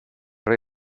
rey